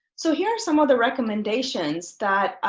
so here are some of the recommendations that